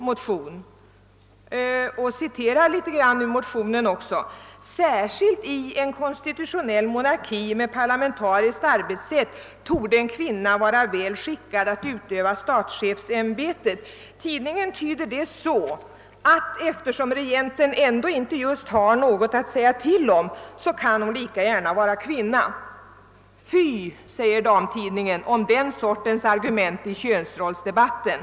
Skribenten där citerar följande ur motionen: »Särskilt i en konstitutionell monarki med parlamentariskt arbetssätt torde en kvinna vara väl skickad att utöva statschefsämbetet.» Artikelförfattaren tyder motionen så, att eftersom regenten just inte har någonting att säga till om går det lika bra med en kvinna. »Fy!» utropar damtidningsskribenten om den sortens argument i könsrollsdebatten.